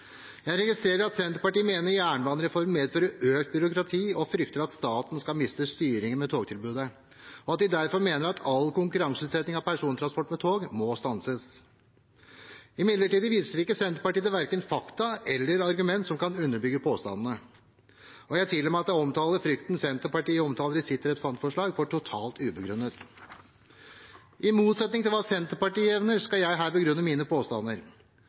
Jeg registrerer at Senterpartiet mener jernbanereformen medfører økt byråkrati og frykter at staten skal miste styringen med togtilbudet, og at de derfor mener at all konkurranseutsetting av persontransport med tog må stanses. Imidlertid viser ikke Senterpartiet til verken fakta eller argument som kan underbygge påstandene, og jeg tillater meg å omtale den frykten Senterpartiet omtaler i sitt representantforslag, som totalt ubegrunnet. I motsetning til hva Senterpartiet evner, skal jeg her begrunne mine påstander.